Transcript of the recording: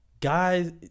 guys